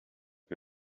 que